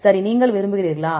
சரி நீங்கள் விரும்புகிறீர்களா